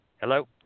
Hello